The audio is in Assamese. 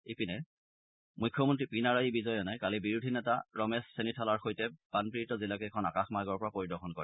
ইপিনে মুখ্যমন্ত্ৰী পিনাৰায়ি বিজয়নে কালি বিৰোধী নেতা ৰমেশ চেনিথালাৰ সৈতে বানপীড়িত জিলা কেইখন আকাশমাৰ্গৰ পৰা পৰিদৰ্শন কৰে